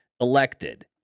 elected